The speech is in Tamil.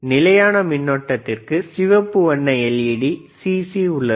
நிலையான மின்னோட்டத்திற்கு சிவப்பு வண்ண எல்இடி சிசி உள்ளது